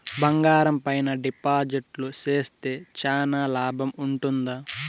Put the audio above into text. బంగారం పైన డిపాజిట్లు సేస్తే చానా లాభం ఉంటుందా?